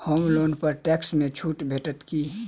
होम loan पर tax मे छुट भेटत की